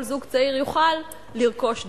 כל זוג צעיר, יוכל לרכוש דירה.